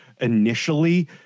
initially